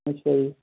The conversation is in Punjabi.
ਅੱਛਾ ਜੀ